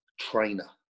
trainer